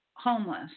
homeless